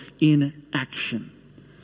inaction